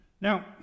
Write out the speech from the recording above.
Now